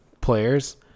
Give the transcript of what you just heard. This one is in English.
players